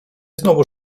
znowu